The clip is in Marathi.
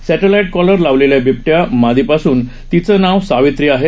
सॅ लाई कॉलर लावलेला बिबट्या मादी असून तिचं नाव सावित्री आहे